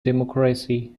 democracy